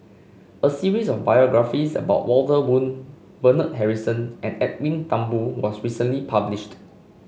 a series of biographies about Walter Woon Bernard Harrison and Edwin Thumboo was recently published